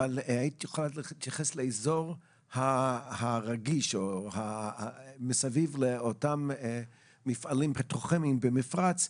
אבל תוכלי להתייחס לאזור הרגיש מסביב לאותם מפעלים במפרץ,